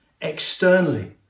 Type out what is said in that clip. externally